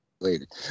related